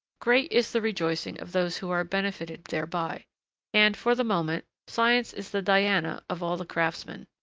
great is the rejoicing of those who are benefited thereby and, for the moment, science is the diana of all the craftsmen.